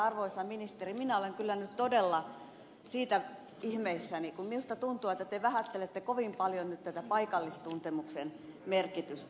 arvoisa ministeri minä olen kyllä nyt todella ihmeissäni kun minusta tuntuu että te vähättelette kovin paljon nyt tätä paikallistuntemuksen merkitystä